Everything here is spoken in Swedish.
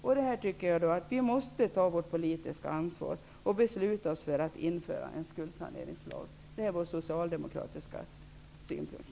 Jag menar att vi måste ta vårt politiska ansvar och besluta oss för att införa en skuldsaneringslag. Det är vår socialdemokratiska synpunkt.